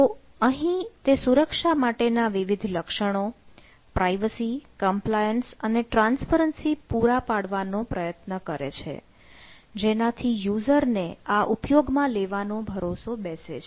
તો અહીં તે સુરક્ષા માટેના વિવિધ લક્ષણો પ્રાઇવસી કમ્પ્લાયન્સ પૂરો પાડવાનો પ્રયત્ન કરે છે જેનાથી યુઝરને આ ઉપયોગમાં લેવાનો ભરોસો બેસે છે